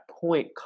point